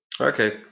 Okay